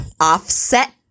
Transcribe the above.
Offset